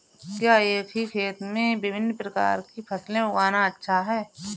क्या एक ही खेत में विभिन्न प्रकार की फसलें उगाना अच्छा है?